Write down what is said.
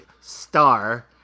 star